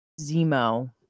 Zemo